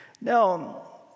Now